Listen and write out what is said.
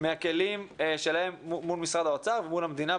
מהכלים שלהם מול משרד האוצר ומול המדינה,